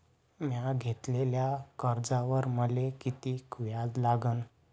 म्या घेतलेल्या कर्जावर मले किती व्याज लागन?